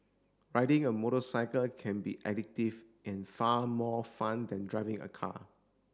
riding a motorcycle can be addictive and far more fun than driving a car